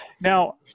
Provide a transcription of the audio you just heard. Now